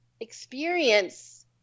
experience